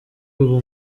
ubu